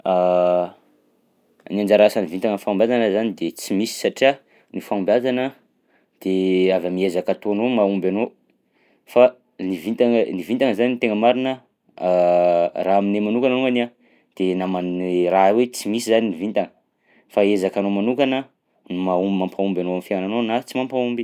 Ny anjara asan'ny vintana am'fahombiazana zany de tsy misy satria ny fahombiazana de avy amy ezaka ataonao no mahomby anao fa ny vintana ny vintana zany tegna marina raha aminay manokana alongany de naman'ny raha hoe tsy misy zany ny vitana fa ezaka anao manokana no maho- mampahomby anao am'fiainanao na tsy mampahomby.